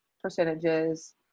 percentages